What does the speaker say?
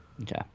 Okay